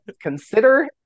consider